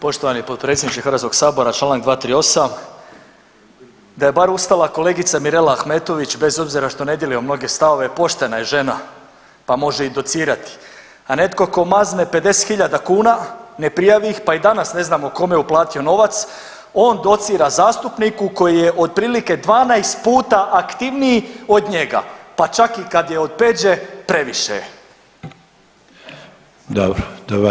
Poštovani potpredsjedniče Hrvatskog sabora, Članak 238., da je bar ustala kolegica Mirela Ahmetović bez obzira što ne dijelimo mnoge stavove poštena je žena pa može i docirati, a netko tko mazne 50.000 kuna ne prijavi ih pa i danas ne znamo kome je uplatio novac, on docira zastupniku koji je otprilike 12 puta aktivniji od njega pa čak i kad je od Peđe, previše je.